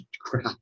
crap